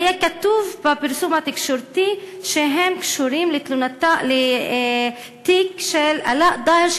והיה כתוב בפרסום התקשורתי שהם קשורים לתיק של אלאא דאהר,